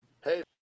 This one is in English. hey